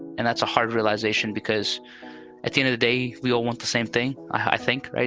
and that's a hard realization, because at the end of the day, we all want the same thing. i think. right,